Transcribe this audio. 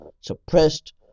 suppressed